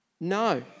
No